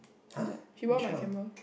I was like she borrowed my camera